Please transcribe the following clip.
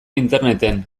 interneten